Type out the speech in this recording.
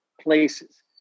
places